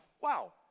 Wow